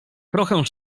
trochę